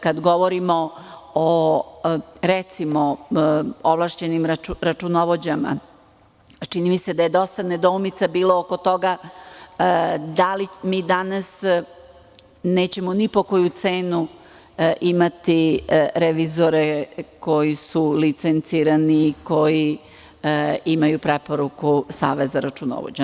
Kad govorimo o ovlašćenim računovođama, čini mi se da je dosta nedoumica bilo oko toga da li mi danas nećemo ni po koju cenu imati revizore koji su licencirani, koji imaju preporuku Saveza računovođa?